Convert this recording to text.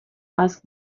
asked